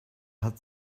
hat